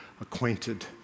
acquainted